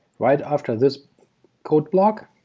right after this code block,